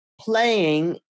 playing